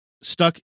stuck